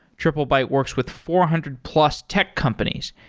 triplebyte works with four hundred plus tech companies,